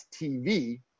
TV